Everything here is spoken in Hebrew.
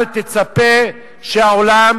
אל תצפה שהעולם